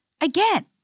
again